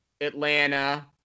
Atlanta